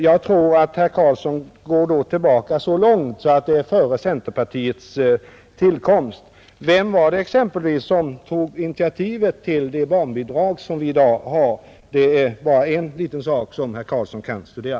Jag tror att herr Karlsson då bör gå så långt tillbaka som till tiden före centerpartiets tillkomst. Vem var det exempelvis som tog initiativet till de barnbidrag som vi i dag har? Det är bara en liten sak som herr Karlsson kan studera,